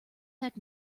heck